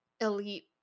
elite